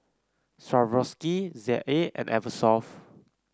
Swarovski Z A and Eversoft